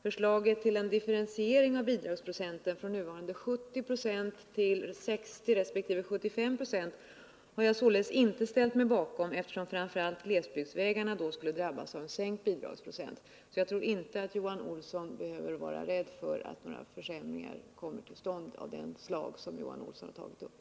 Förslaget till en differentiering av bidragsprocenten från nuvarande 70 96 till 60 resp. 75 96 har jag således inte ställt mig bakom, eftersom framför allt glesbygdsvägarna då skulle drabbas av sänkt bidragsprocent. Jag tror alltså inte att Johan Olsson behöver vara rädd för att några försämringar av det slaget kommer till stånd.